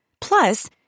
Plus